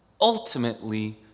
ultimately